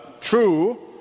true